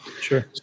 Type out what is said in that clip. Sure